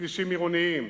בכבישים עירוניים,